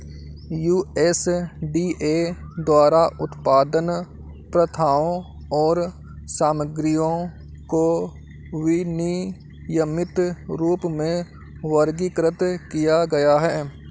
USDA द्वारा उत्पादन प्रथाओं और सामग्रियों को विनियमित रूप में वर्गीकृत किया गया है